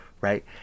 right